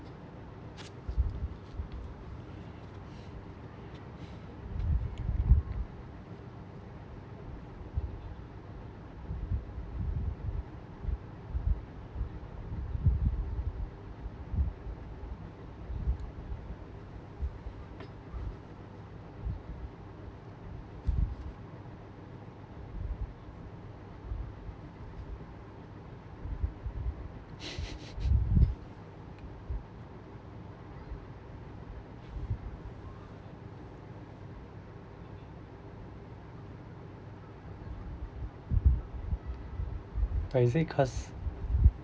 but is it cause